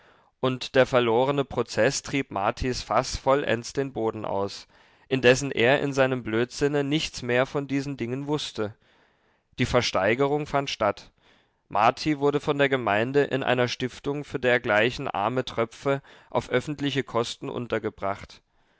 und der verlorene prozeß trieb martis faß vollends den boden aus indessen er in seinem blödsinne nichts mehr von diesen dingen wußte die versteigerung fand statt marti wurde von der gemeinde in einer stiftung für dergleichen arme tröpfe auf öffentliche kosten untergebracht